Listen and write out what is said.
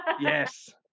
Yes